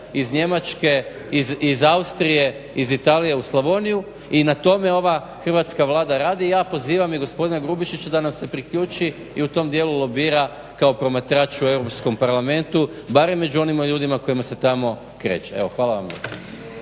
iz Njemačke iz Austrije iz Italije u Slavoniju i na tome ova hrvatska Vlada radi i ja pozivam i gospodina Grubišića da nam se priključi i u tom dijelu lobira kao promatrač u Europskom parlamentu barem među onim ljudima kojima se tamo kreće. Hvala vam